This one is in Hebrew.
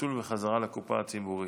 ניצול וחזרה לקופה הציבורית.